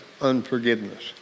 unforgiveness